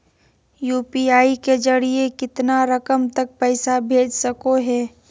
UPI के जरिए कितना रकम तक पैसा भेज सको है?